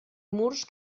murs